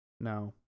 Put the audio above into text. No